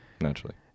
naturally